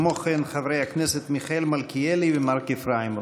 וכן חברי הכנסת מיכאל מלכיאלי ומרק איפראימוב.